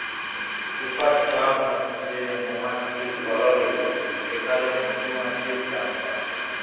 ইকট সোয়ার্ম হছে মমাছির কললি যেখালে মধুমাছির চাষ হ্যয়